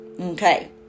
Okay